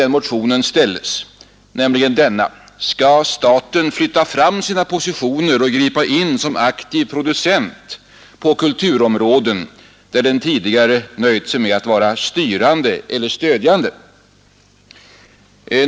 I motionen ställs frågan: Skall staten flytta fram sina positioner och gripa in som aktiv producent på kulturområden där den tidigare nöjt sig med att vara styrande eller stödjande?